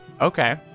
Okay